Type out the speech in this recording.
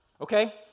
okay